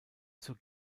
zur